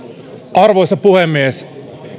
arvoisa puhemies